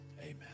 Amen